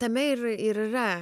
tame ir ir yra